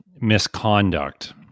misconduct